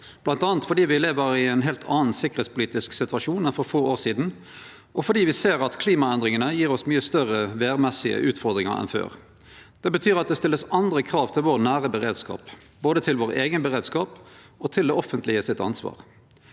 bl.a. fordi me lever i ein heilt annan sikkerheitspolitisk situasjon enn for få år sidan, og fordi me ser at klimaendringane gjev oss mykje større vêrmessige utfordringar enn før. Det betyr at det vert stilt andre krav til vår nære beredskap, både til vår eigen beredskap og til det offentleges ansvar.